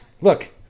Look